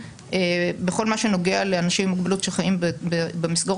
בכל מה שנוגע לאנשים עם מוגבלות שחיים במסגרות,